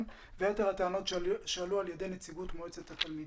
ואת יתר הטענות שעלו על ידי נציגות מועצת התלמידים.